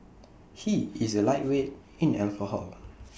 he is A lightweight in alcohol